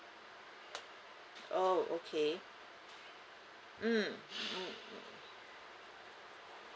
oh okay mm mm